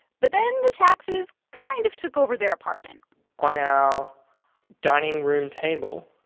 but then the taxes kind of took over their apartment on our dining room table,